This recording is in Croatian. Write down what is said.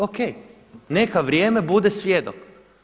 O.k. Neka vrijeme bude svjedok.